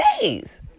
days